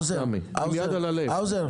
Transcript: עם יד על הלב.